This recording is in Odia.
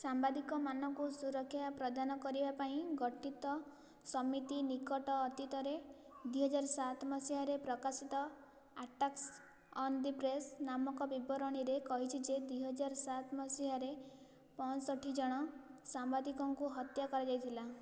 ସାମ୍ବାଦିକମାନଙ୍କୁ ସୁରକ୍ଷା ପ୍ରଦାନ କରିବା ପାଇଁ ଗଠିତ ସମିତି ନିକଟ ଅତୀତରେ ଦୁଇହଜାର ସାତ ମସିହାରେ ପ୍ରକାଶିତ ଆଟାକ୍ସ୍ ଅନ୍ ଦି ପ୍ରେସ୍ ନାମକ ବିବରଣୀରେ କହିଛି ଯେ ଦୁଇହଜାର ସାତ ମସିହାରେ ପଞ୍ଚଷଠି ଜଣ ସାମ୍ବାଦିକଙ୍କୁ ହତ୍ୟା କରାଯାଇଥିଲା